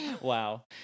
Wow